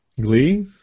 Glee